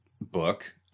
book